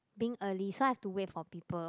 being early so I have to wait for people